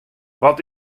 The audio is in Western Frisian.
wat